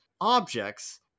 objects